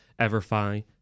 Everfi